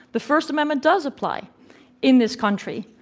the first amendment does apply in this country.